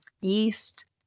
yeast